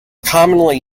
commonly